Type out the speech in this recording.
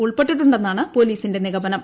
ഉൾപ്പെട്ടിട്ടുണ്ടെന്നാണ് പോലൂീസിന്റെ നിഗമനം